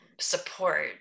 support